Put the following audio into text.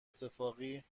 اتفاقی